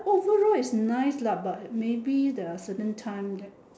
overall is nice lah but maybe the certain time that